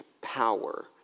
power